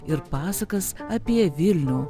ir pasakas apie vilnių